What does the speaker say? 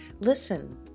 listen